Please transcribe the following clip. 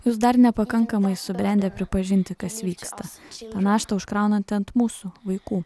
jūs dar nepakankamai subrendę pripažinti kas vyksta šitą naštą užkraunant ant mūsų vaikų